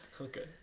okay